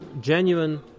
genuine